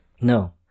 No